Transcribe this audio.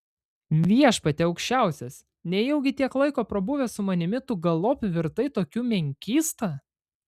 viešpatie aukščiausias nejaugi tiek laiko prabuvęs su manimi tu galop virtai tokiu menkysta